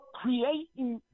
creating